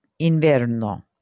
Inverno